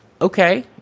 Okay